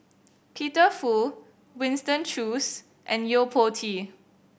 Peter Fu Winston Choos and Yo Po Tee